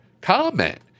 comment